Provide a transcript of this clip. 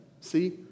See